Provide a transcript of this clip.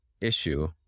issue